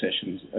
sessions